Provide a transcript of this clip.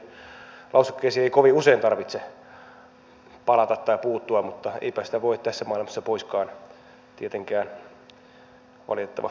toivottavasti tietysti tämmöisiin lausekkeisiin ei kovin usein tarvitse palata tai puuttua mutta eipä sitä voi tässä maailmassa poiskaan tietenkään valitettavasti sulkea